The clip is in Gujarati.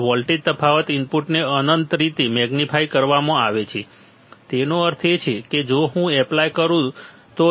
અને વોલ્ટેજ તફાવત ઇનપુટને અનંત રીતે મેગ્નિફાઇડ કરવામાં આવે છે તેનો અર્થ એ છે કે જો હું એપ્લાય કરું તો